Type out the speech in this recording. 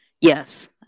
yes